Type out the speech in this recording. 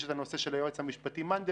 יש את הנושא של היועץ המשפטי מנדלבליט,